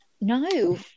No